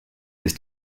his